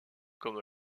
comme